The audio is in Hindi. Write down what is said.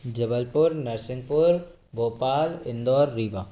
जबलपुर नरसिंहपुर भोपाल इंदौर रीवा